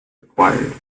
required